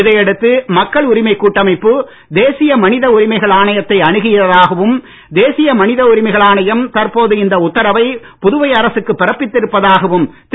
இதை அடுத்து மக்கள் உரிமைக் கூட்டமைப்பு தேசிய மனித உரிமைகள் ஆணையத்தை அணுகியதாகவும் தேசிய மனித உரிமைகள் ஆணையம் தற்போது இந்த உத்தரவை புதுவை அரசுக்கு பிறப்பித்திருப்பதாகவும் திரு